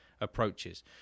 approaches